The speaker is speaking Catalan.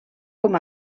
com